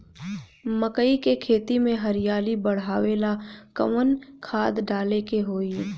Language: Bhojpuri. मकई के खेती में हरियाली बढ़ावेला कवन खाद डाले के होई?